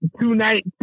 two-night